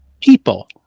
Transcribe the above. people